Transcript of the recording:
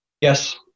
Yes